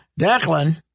Declan